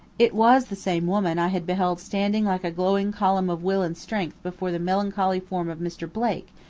it was the same woman i had beheld standing like a glowing column of will and strength before the melancholy form of mr. blake,